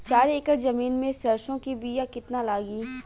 चार एकड़ जमीन में सरसों के बीया कितना लागी?